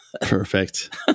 Perfect